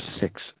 six